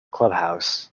clubhouse